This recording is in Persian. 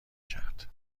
کرد